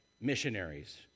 missionaries